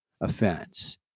offense